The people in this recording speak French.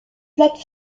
plate